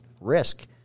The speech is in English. risk